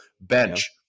bench